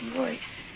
voice